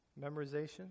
memorization